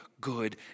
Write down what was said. good